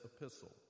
epistle